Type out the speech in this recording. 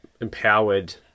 empowered